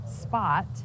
spot